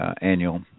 annual